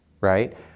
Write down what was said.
right